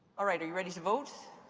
all right, are you ready to vote?